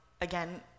again